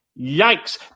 Yikes